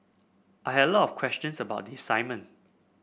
I had a lot of questions about the assignment